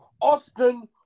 Austin